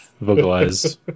vocalize